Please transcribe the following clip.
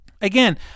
Again